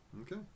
Okay